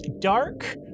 dark